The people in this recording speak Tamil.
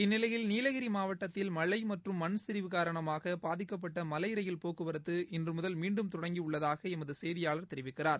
இந்நிலையில் நீலகிரி மாவட்டத்தில் மழை மற்றும் மண் சரிவு காரணமாக பாதிக்கப்பட்ட மலை ரயில் போக்குவரத்து இன்று முதல் மீண்டும் தொடங்கியுள்ளதாக எமது செய்தியாளர் மயில்வாகனன் தெரிவிக்கிறார்